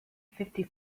fifty